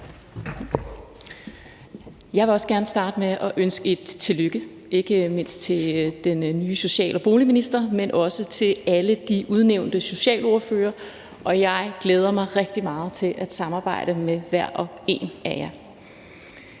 Jeg vil også gerne starte med at ønske et tillykke, ikke mindst til den nye social- og boligminister, men også til alle de udnævnte socialordførere, og jeg glæder mig rigtig meget til at samarbejde med hver og en af jer.